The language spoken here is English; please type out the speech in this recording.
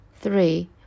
three